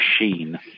machine